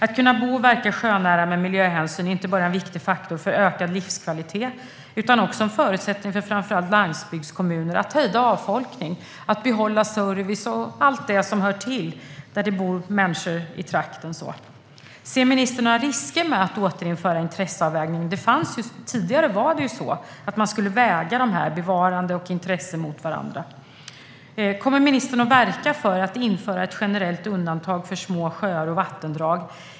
Att kunna bo och verka sjönära med miljöhänsyn är inte bara en viktig faktor för ökad livskvalitet, utan det är också en förutsättning för framför allt landsbygdskommuner att kunna hejda avfolkning och behålla service och allt det som hör till när människor bor i trakten. Ser ministern några risker med att återinföra intresseavvägning? Tidigare skulle man väga bevarande och olika intressen mot varandra. Kommer ministern att verka för att införa ett generellt undantag för små sjöar och vattendrag?